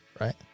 right